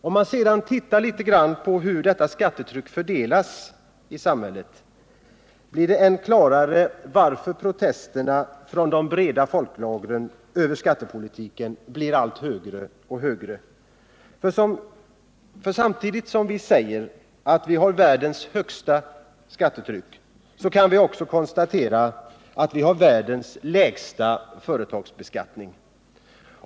Om man tittar litet grand på hur detta skattetryck fördelas i samhället, blir det än klarare varför protesterna mot skattepolitiken blir allt högre från de breda folklagren. Samtidigt som vi har världens högsta skattetryck kan vi konstatera att vi har världens lägsta företagsbeskattning.